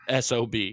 SOB